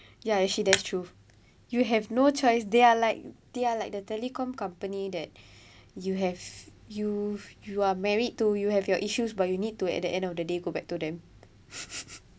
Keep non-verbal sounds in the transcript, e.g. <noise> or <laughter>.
ya actually that's true you have no choice they are like they are like the telecom company that you have you've you are married to you have your issues but you need to at the end of the day go back to them <laughs>